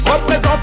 Représente